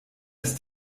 ist